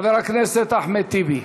חבר הכנסת אחמד טיבי.